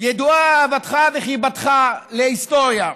ידועה אהבתך וחיבתך להיסטוריה.